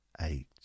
Eight